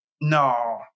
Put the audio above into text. no